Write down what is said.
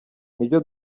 nibyo